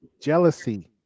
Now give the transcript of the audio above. jealousy